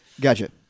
Gotcha